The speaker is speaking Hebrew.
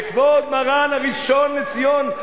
וכבוד מרן הראשון לציון,